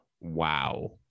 wow